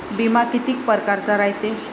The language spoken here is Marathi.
बिमा कितीक परकारचा रायते?